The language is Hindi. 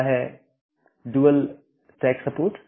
पहला है डुअल स्टैक सपोर्ट